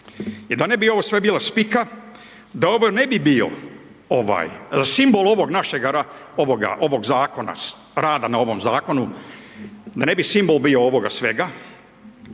I da ne bi sve ovo bila spika, da ovo ne bi bio ovaj simbol ovoga našeg ovog zakona, rada na ovom zakonu, da ne bi simbol bio ovoga svega,